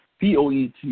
POET